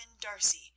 Darcy